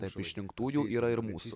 tarp išrinktųjų yra ir mūsų